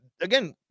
Again